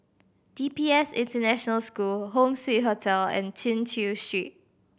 D P S International School Home Suite Hotel and Chin Chew Street